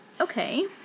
Okay